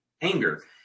anger